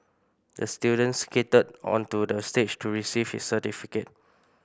the student skated onto the stage to receive his certificate